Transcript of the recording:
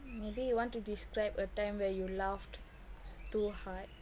maybe you want to describe a time where you laughed too hard